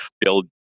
build